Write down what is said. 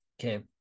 Okay